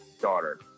daughter